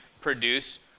produce